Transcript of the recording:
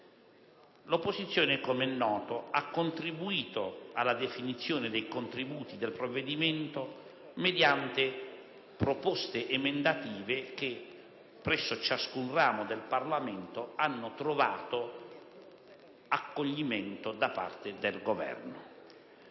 L'opposizione, com'è noto, ha contribuito alla definizione dei contenuti del provvedimento mediante proposte emendative che presso ciascun ramo del Parlamento hanno trovato accoglimento da parte del Governo.